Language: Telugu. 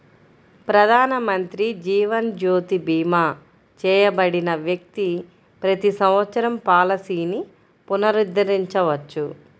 ప్రధానమంత్రి జీవన్ జ్యోతి భీమా చేయబడిన వ్యక్తి ప్రతి సంవత్సరం పాలసీని పునరుద్ధరించవచ్చు